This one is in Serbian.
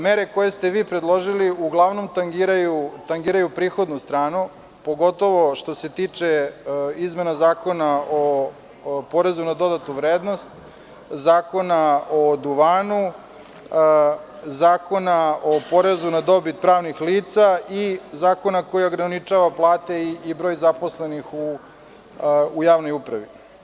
Mere koje ste vi predloži uglavnom tangiraju prihodnu stranu, pogotovo što se tiče izmena Zakona o porezu na dodatu vrednost, Zakona o duvanu, Zakona o porezu na dobit pravnih lica i zakona koji ograničava plate i broj zaposlenih u javnoj upravi.